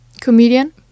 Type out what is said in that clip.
comedian